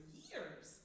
years